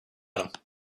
about